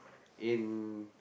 in